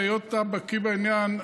היות שאתה בקיא בעניין,